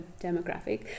demographic